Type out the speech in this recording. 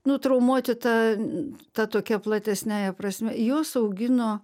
nu traumuoti ta ta tokia platesniąja prasme juos augino